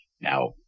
now